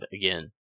again